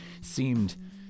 seemed